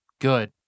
Good